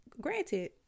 granted